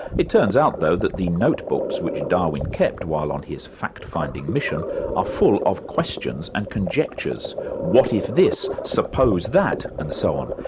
it turns out, though, that the notebooks which darwin kept while on his fact-finding mission are full of questions and conjectures what if this? suppose that! and so on.